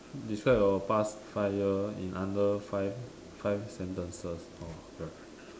describe your past five years in under five five sentences or